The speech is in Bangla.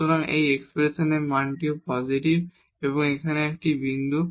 সুতরাং এই এক্সপ্রেশনের এই মানটিও পজিটিভ এবং এটি এখানে একটি বিন্দু